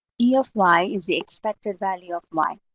e of y is the expected value of y.